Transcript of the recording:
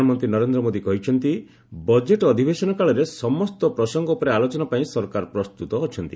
ପ୍ରଧାନମନ୍ତ୍ରୀ ନରେନ୍ଦ୍ର ମୋଦୀ କହିଛନ୍ତି ବଜେଟ୍ ଅଧିବେଶନ କାଳରେ ସମସ୍ତ ପ୍ରସଙ୍ଗ ଉପରେ ଆଲୋଚନା ପାଇଁ ସରକାର ପ୍ରସ୍ତୁତ ଅଛନ୍ତି